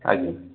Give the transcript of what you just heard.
ଆଜ୍ଞା